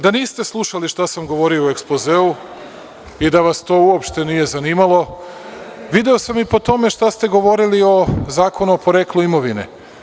Da niste slušali šta sam govorio u Ekspozeu i da vas to uopšte nije zanimalo video sam i po tome šta ste govorili o Zakonu o poreklu imovine.